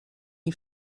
you